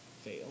fail